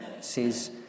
says